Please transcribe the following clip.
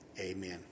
Amen